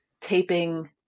taping